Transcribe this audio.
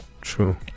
true